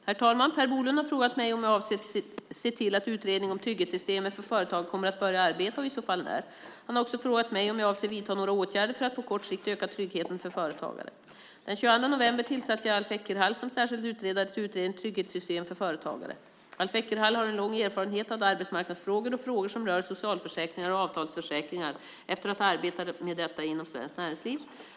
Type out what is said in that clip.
Herr talman! Per Bolund har frågat mig om jag avser att se till att utredningen om trygghetssystemen för företagare kommer att börja arbeta och i så fall när. Han har också frågat mig om jag avser att vidta några åtgärder för att på kort sikt öka tryggheten för företagare. Den 22 november tillsatte jag Alf Eckerhall som särskild utredare till utredningen Trygghetssystemen för företagare. Alf Eckerhall har en lång erfarenhet av arbetsmarknadsfrågor och frågor som rör socialförsäkringar och avtalsförsäkringar efter att ha arbetat med detta inom Svenskt Näringsliv.